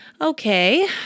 Okay